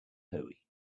hooey